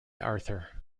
arthur